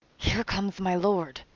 here comes my lord